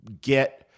get